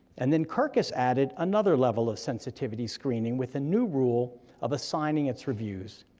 and then kirkus added another level of sensitivity screening with a new rule of assigning its reviews.